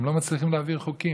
והם לא מצליחים להעביר חוקים.